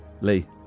Lee